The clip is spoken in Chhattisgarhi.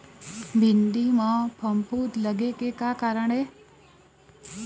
भिंडी म फफूंद लगे के का कारण ये?